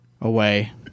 away